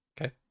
Okay